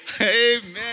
Amen